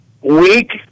weak